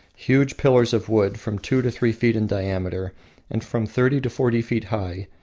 huge pillars of wood from two to three feet in diameter and from thirty to forty feet high,